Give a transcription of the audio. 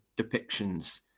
depictions